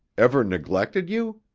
ever neglected you?